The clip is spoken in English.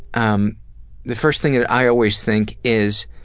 um the first thing that i always think is